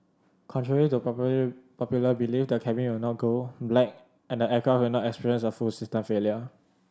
contrary to popular belief that cabin will not go black and the aircraft will not experience a full system failure